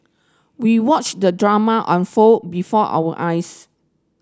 we watched the drama unfold before our eyes